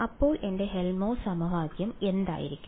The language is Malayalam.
അപ്പോൾ എന്റെ ഹെൽംഹോൾട്ട്സ് സമവാക്യം എന്തായിരിക്കും